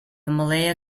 malaya